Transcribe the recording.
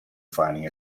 finding